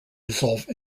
resolve